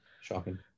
shocking